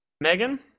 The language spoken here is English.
Megan